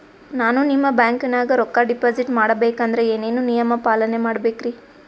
ನಾನು ನಿಮ್ಮ ಬ್ಯಾಂಕನಾಗ ರೊಕ್ಕಾ ಡಿಪಾಜಿಟ್ ಮಾಡ ಬೇಕಂದ್ರ ಏನೇನು ನಿಯಮ ಪಾಲನೇ ಮಾಡ್ಬೇಕ್ರಿ?